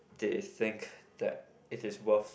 they think that it is worth